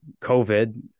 COVID